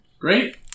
Great